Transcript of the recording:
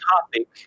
topic